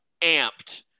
amped